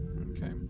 Okay